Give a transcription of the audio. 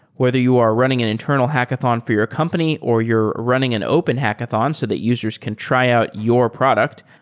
whether you are running an internal hackathon for your company or you're running an open hackathon so that users can try out your product,